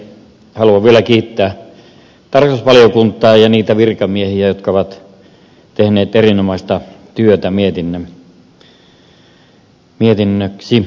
haluan vielä kiittää tarkastusvaliokuntaa ja niitä virkamiehiä jotka ovat tehneet erinomaista työtä mietinnöksi